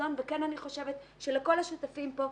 חזון ואני כן חושבת שלכל השותפים כאן,